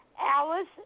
Alice